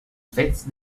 fets